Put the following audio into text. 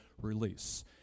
release